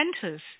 centers